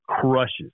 crushes